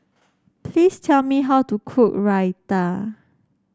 please tell me how to cook Raita